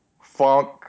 Funk